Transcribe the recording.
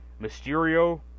Mysterio